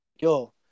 yo